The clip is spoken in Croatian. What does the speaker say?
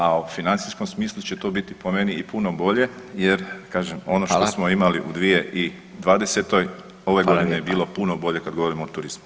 A o financijskom smislu će to biti, po meni i puno bolje jer, kažem, ono što smo imali [[Upadica: Hvala.]] u 2020. ove godine [[Upadica: Hvala lijepa.]] je bilo puno bolje kad govorimo o turizmu.